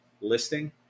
listing